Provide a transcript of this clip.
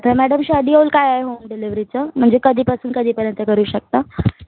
तर madam schedule काय आहे होम डिलेव्हरीचं म्हणजे कधीपासून कधीपर्यंत करू शकता